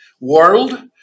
world